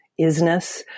isness